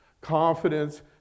Confidence